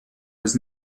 was